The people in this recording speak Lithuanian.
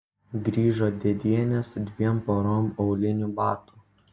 grįžo dėdienė su dviem porom aulinių batų